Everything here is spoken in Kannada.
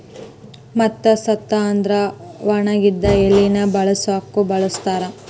ಮತ್ತ ಸತ್ತ ಅಂದ್ರ ಒಣಗಿದ ಎಲಿನ ಬಿಳಸಾಕು ಬಳಸ್ತಾರ